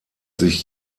sich